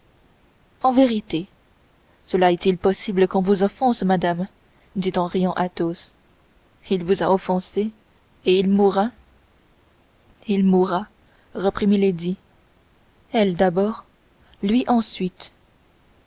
en vérité cela est-il possible qu'on vous offense madame dit en riant athos il vous a offensée et il mourra il mourra reprit milady elle d'abord lui ensuite